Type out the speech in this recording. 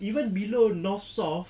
even below north south